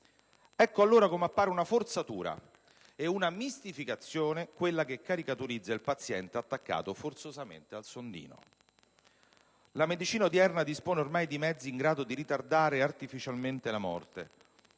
Ecco allora come appare una forzatura e una mistificazione quella che caricaturizza il paziente attaccato forzosamente al sondino. La medicina odierna dispone ormai di mezzi in grado di ritardare artificialmente la morte,